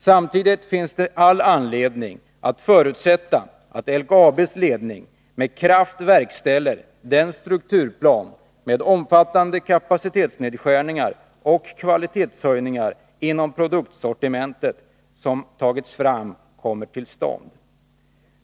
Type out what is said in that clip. Samtidigt finns det all anledning att förutsätta att LKAB:s ledning med kraft verkställer den strukturplan med omfattande kapacitetsnedskärningar och kvalitetshöjningar inom produktsortimentet som tagits fram.